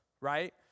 right